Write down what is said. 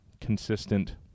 consistent